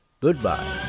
Goodbye